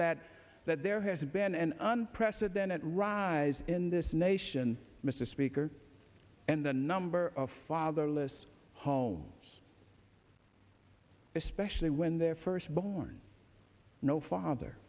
that that there has been an unprecedented rise in this nation mr speaker and the number of fatherless homes especially when their firstborn no father